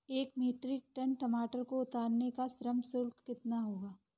एक metric ton टमाटर को उतारने का श्रम शुल्क कितना होगा?